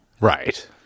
Right